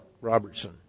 Robertson